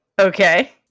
Okay